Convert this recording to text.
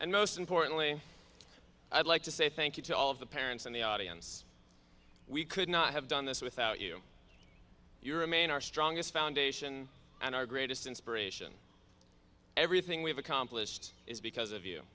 and most importantly i'd like to say thank you to all of the parents in the audience we could not have done this without you you remain our strongest foundation and our greatest inspiration everything we've accomplished is because of you